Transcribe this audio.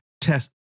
test